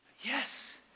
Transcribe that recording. Yes